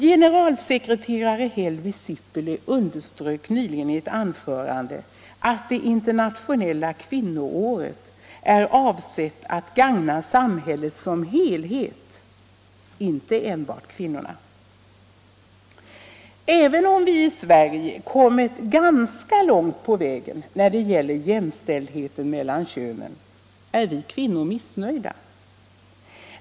Generalsekreterare Helvi Sipilä underströk nyligen i ett anförande att det internationella kvinnoåret är avsett att gagna samhället som helhet — inte enbart kvinnorna. Även om vi i Sverige kommit ganska långt på vägen när det gäller jämställdheten mellan könen är vi kvinnor missnöjda.